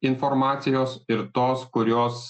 informacijos ir tos kurios